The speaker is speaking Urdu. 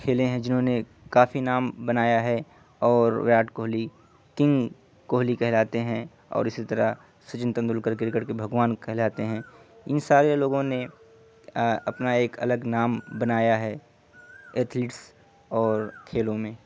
کھیلے ہیں جنہوں نے کافی نام بنایا ہے اور وراٹ کوہلی کنگ کوہلی کہلاتے ہیں اور اسی طرح سچن تندلکر کرکٹ کے بھگوان کہلاتے ہیں ان سارے لوگوں نے اپنا ایک الگ نام بنایا ہے ایتھلٹس اور کھیلوں میں